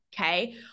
Okay